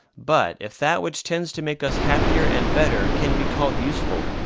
but if that which tends to make us happier and better can be called useful,